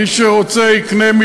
מי שרוצה שיקנה ביצי חופש,